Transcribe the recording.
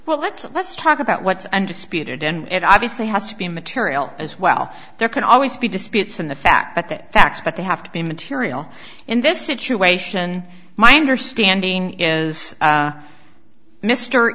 well let's let's talk about what's undisputed and it obviously has to be material as well there can always be disputes in the fact that the facts but they have to be material in this situation my understanding is